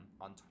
on